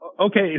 Okay